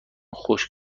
خوش